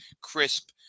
crisp